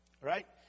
right